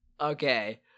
Okay